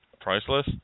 Priceless